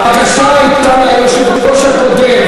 הבקשה הייתה ליושב-ראש הקודם,